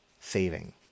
saving